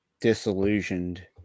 disillusioned